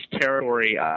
territory